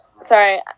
Sorry